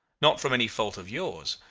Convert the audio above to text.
not from any fault of yours.